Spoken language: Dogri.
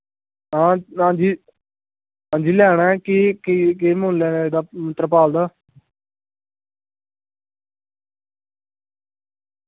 आं आं जी लैना ऐ केह् केह् मुल्ल ऐ एह्दा तरपाल दा